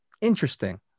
interesting